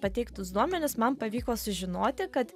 pateiktus duomenis man pavyko sužinoti kad